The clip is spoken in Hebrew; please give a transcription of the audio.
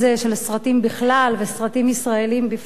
של סרטים בכלל וסרטים ישראליים בפרט,